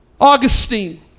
Augustine